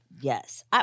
yes